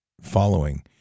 following